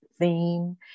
theme